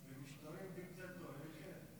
במשטרים דיקטטוריים, כן.